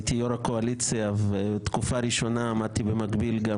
הייתי יו"ר הקואליציה ותקופה ראשונה עמדתי במקביל גם